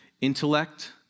intellect